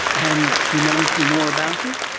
and do you know anything more about it?